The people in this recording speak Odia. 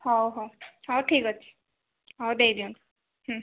ହଉ ହଉ ହଉ ଠିକ୍ ଅଛି ହଉ ଦେଇଦିଅନ୍ତୁ ହୁଁ